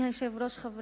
תודה לחבר הכנסת